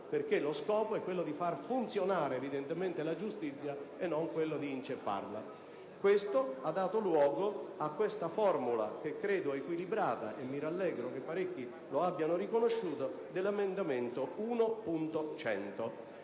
perché lo scopo evidentemente è quello di far funzionare la giustizia e non quello di incepparla. Questo ha dato luogo alla formula, che ritengo equilibrata (e mi rallegro che parecchi lo abbiano riconosciuto), dell'emendamento 1.100.